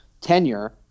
tenure